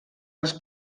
les